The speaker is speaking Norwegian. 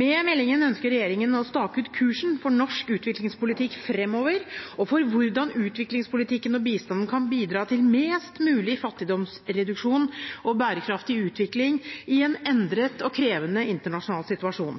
Med meldingen ønsker regjeringen å stake ut kursen for norsk utviklingspolitikk framover og for hvordan utviklingspolitikken og bistanden kan bidra til mest mulig fattigdomsreduksjon og bærekraftig utvikling i en endret og krevende internasjonal situasjon.